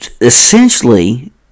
essentially